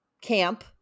camp